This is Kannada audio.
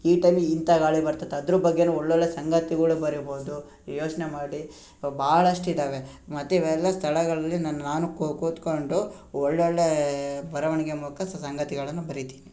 ಈ ಟೈಮಿಗೆ ಇಂಥ ಗಾಳಿ ಬರ್ತದೆ ಅದ್ರ ಬಗ್ಗೆಯು ಒಳ್ಳೊಳ್ಳೆಯ ಸಂಗತಿಗಳು ಬರಿಬೋದು ಯೋಚನೆ ಮಾಡಿ ಭಾಳಷ್ಟ ಇದ್ದಾವೆ ಮತ್ತು ಇವೆಲ್ಲ ಸ್ಥಳಗಳಲ್ಲಿ ನಾನು ನಾನು ಕು ಕೂತ್ಕೊಂಡು ಒಳ್ಳೊಳ್ಳೆಯ ಬರವಣಿಗೆ ಮೂಲಕ ಸಂಗತಿಗಳನ್ನು ಬರೀತೀನಿ